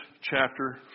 chapter